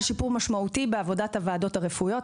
שיפור משמעותי בעבודת הוועדות הרפואיות,